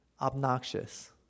obnoxious